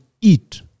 eat